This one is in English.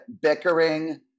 bickering